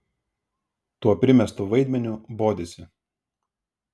tuo primestu vaidmeniu bodisi